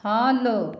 follow